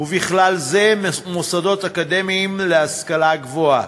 ובכלל זה מוסדות אקדמיים להשכלה גבוהה.